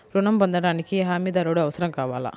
ఋణం పొందటానికి హమీదారుడు అవసరం కావాలా?